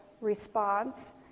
response